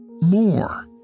more